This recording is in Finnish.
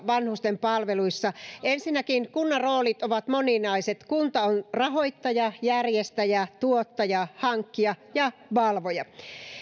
vanhusten palveluissa ensinnäkin kunnan roolit ovat moninaiset kunta on rahoittaja järjestäjä tuottaja hankkija ja valvoja